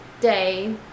day